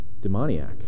demoniac